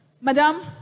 Madam